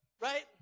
right